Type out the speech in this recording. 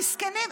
מסכנים,